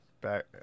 back